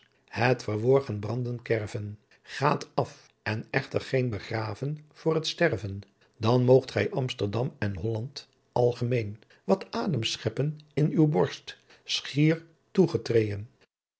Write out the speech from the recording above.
het verworgen branden kerven gaat af en echter geen begraven voor het sterven dan moogt gy amsterdam en hollandt algemeen wat adems scheppen in uw borst schier toegetreên